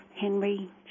Henry